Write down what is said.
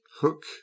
hook